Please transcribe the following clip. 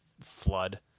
Flood